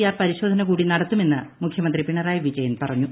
R പരിശോധന കൂടി നടത്തുമെന്ന് മുഖ്യമന്ത്രി പിണറായി വിജയൻ പറഞ്ഞു